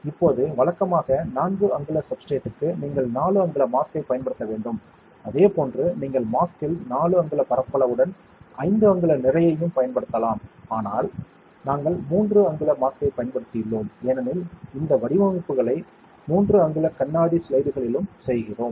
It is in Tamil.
இப்போது வழக்கமாக 4 அங்குல சப்ஸ்ட்ரேட்க்கு நீங்கள் 4 அங்குல மாஸ்க்கைப் பயன்படுத்த வேண்டும் அதேபோன்று நீங்கள் மாஸ்கில் 4 அங்குல பரப்பளவுடன் 5 அங்குல நிறையையும் பயன்படுத்தலாம் ஆனால் நாங்கள் 3 அங்குல மாஸ்க்கைப் பயன்படுத்தியுள்ளோம் ஏனெனில் இந்த வடிவமைப்புகளை 3 அங்குல கண்ணாடி ஸ்லைடுகளிலும் செய்கிறோம்